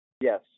Yes